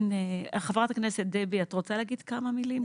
חברת הכנסת דבי, את רוצה להגיד כמה מילים?